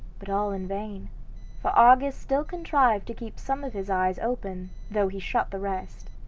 but all in vain for argus still contrived to keep some of his eyes open though he shut the rest.